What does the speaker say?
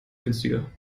günstiger